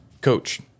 coach